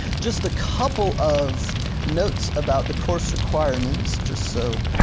just a couple of notes about the course requirements, just so